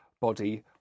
body